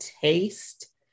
taste